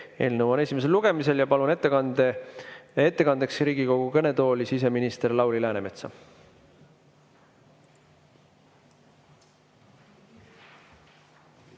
Eelnõu on esimesel lugemisel ja palun ettekandeks Riigikogu kõnetooli siseminister Lauri Läänemetsa.